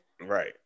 right